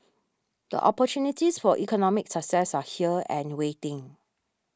the opportunities for economic success are here and waiting